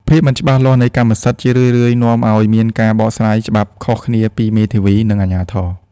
ភាពមិនច្បាស់លាស់នៃកម្មសិទ្ធិ ជារឿយៗនាំឱ្យមានការបកស្រាយច្បាប់ខុសគ្នាពីមេធាវី និងអាជ្ញាធរ។